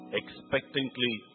expectantly